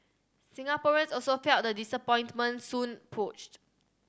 Singaporeans also felt the disappointment Soon